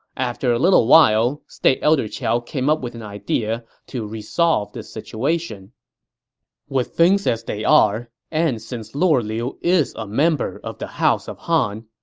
after a little while, state elder qiao came up with an idea to resolve this situation with things as they are, and since lord liu is a member of the house of han,